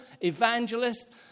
evangelist